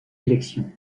élections